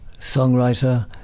songwriter